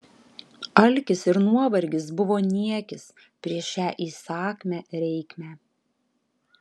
alkis ir nuovargis buvo niekis prieš šią įsakmią reikmę